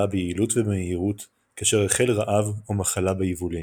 ביעילות ובמהירות כאשר החל רעב או מחלה ביבולים.